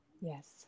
Yes